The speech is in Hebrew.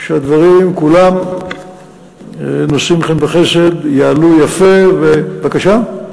שהדברים כולם נושאים חן וחסד, יעלו יפה, בבקשה?